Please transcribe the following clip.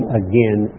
again